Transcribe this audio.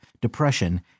depression